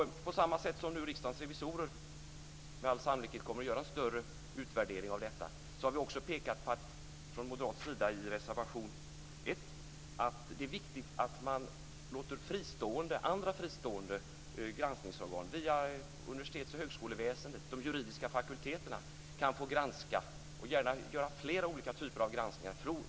På samma sätt som Riksdagens revisorer med all sannolikhet kommer att göra en större utvärdering av detta har vi från moderat sida i reservation 1 pekat på att det är viktigt att man låter andra fristående granskningsorgan, via universitets och högskoleväsendet, delta i granskningen. De juridiska fakulteterna kan få granska och gärna göra flera olika typer av granskningar.